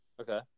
Okay